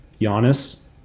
Giannis